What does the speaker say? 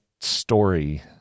story